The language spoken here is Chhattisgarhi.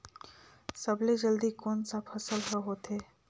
सबले जल्दी कोन सा फसल ह होथे?